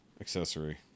accessory